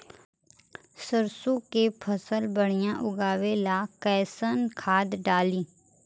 सरसों के फसल बढ़िया उगावे ला कैसन खाद डाली?